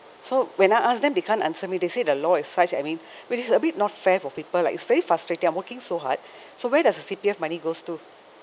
so when I ask them they can't answer me they say the law is such I mean which is a bit not fair for people like it's very frustrating I working so hard so where does the C_P_F money goes to